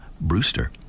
Brewster